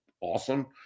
awesome